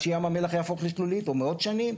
שים המלח יהפוך לשלולית או מאות שנים,